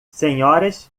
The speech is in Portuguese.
senhoras